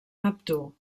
neptú